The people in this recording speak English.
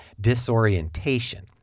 disorientation